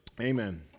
Amen